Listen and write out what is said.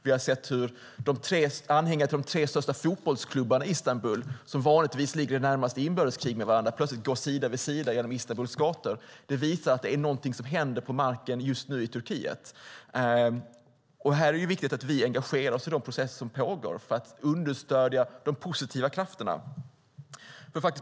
Vi har sett hur anhängare till de tre största fotbollsklubbarna i Istanbul, som i det närmaste har varit i inbördeskrig med varandra, plötsligt går sida vid sida genom Istanbuls gator. Det visar att det är någonting som händer på marken just nu i Turkiet. Det är viktigt att vi engagerar oss i de processer som pågår för att understödja de positiva krafterna.